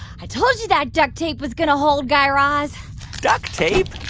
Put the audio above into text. i told you that duct tape was going to hold, guy raz duct tape?